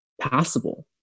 passable